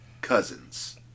cousins